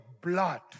blood